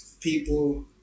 people